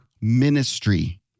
ministry